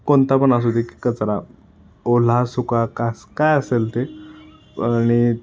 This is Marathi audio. कोणता पण असू दे की कचरा ओला सुका का काय असेल ते आणि